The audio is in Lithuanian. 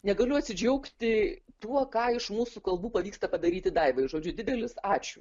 negaliu atsidžiaugti tuo ką iš mūsų kalbų pavyksta padaryti daivai žodžiu didelis ačiū